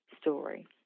story